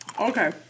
Okay